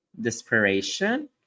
desperation